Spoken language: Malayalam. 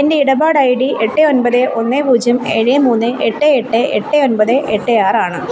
എൻ്റെ ഇടപാട് ഐഡി എട്ട് ഒമ്പത് ഒന്ന് പൂജ്യം ഏഴ് മൂന്ന് എട്ട് എട്ട് എട്ട് ഒമ്പത് എട്ട് ആറ് ആണ്